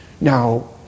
Now